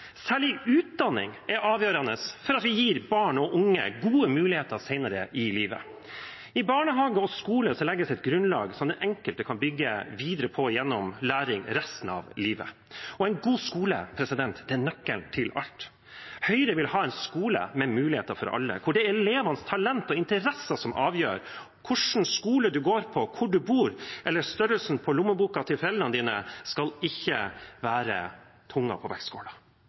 særlig utdanning er avgjørende for at vi gir barn og unge gode muligheter senere i livet. I barnehage og skole legges et grunnlag som den enkelte kan bygge videre på gjennom læring resten av livet, og en god skole er nøkkelen til alt. Høyre vil ha en skole med muligheter for alle, der det er elevenes talent og interesser som avgjør hvilken skole en går på. Hvor en bor eller størrelsen på lommeboka til dine foreldre skal ikke være tungen på